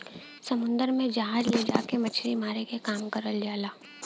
समुन्दर में जहाज ले जाके मछरी मारे क काम करल जाला